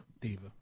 diva